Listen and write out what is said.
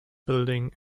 building